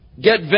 get